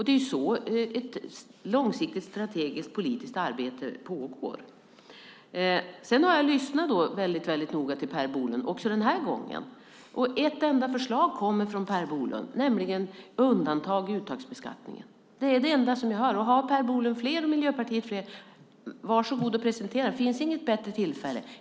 Det är så ett långsiktigt strategiskt politiskt arbete går till. Jag har noga lyssnat på Per Bolund - också den här gången. Ett enda förslag kommer från Per Bolund, nämligen om undantag i uttagsbeskattningen. Det är det enda förslag jag hört. Om Per Bolund och Miljöpartiet har fler förslag - varsågod och presentera dem i så fall. Det finns inget bättre tillfälle.